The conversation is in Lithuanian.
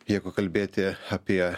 jeigu kalbėti apie